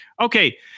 okay